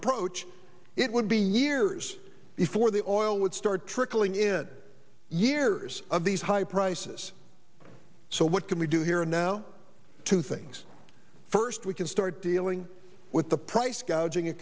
approach it would be years before the oil would start trickling in years of these high prices so what can we do here now two things first we can start dealing with the price gouging